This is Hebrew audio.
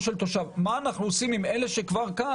מה אנחנו עושים עם אלה שכבר כאן?